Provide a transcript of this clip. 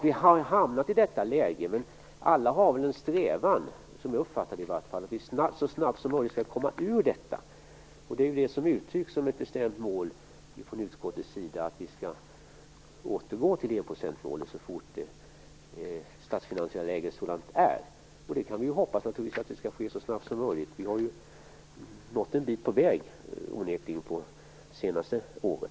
Vi har hamnat i detta läge, men som jag uppfattar det har väl alla en strävan att vi så snabbt som möjligt skall komma ur detta. Det uttrycks ju som ett bestämt mål ifrån utskottets sida att vi skall återgå till enprocentsmålet så fort det statsfinansiella läget tillåter. Vi kan naturligtvis hoppas att det skall ske så snabbt som möjligt. Vi har ju onekligen nått en bit på väg det senaste året.